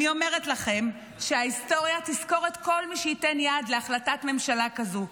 אני אומרת לכם שההיסטוריה תזכור את כל מי שייתן יד להחלטת ממשלה כזאת,